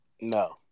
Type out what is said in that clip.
No